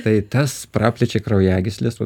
tai tas praplečia kraujagysles o